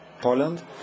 Poland